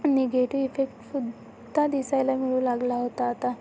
negative effect सुद्धा दिसायला मिळू लागला होता आता